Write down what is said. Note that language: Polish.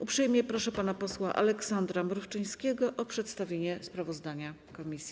Uprzejmie proszę pana posła Aleksandra Mrówczyńskiego o przedstawienie sprawozdania komisji.